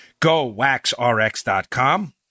gowaxrx.com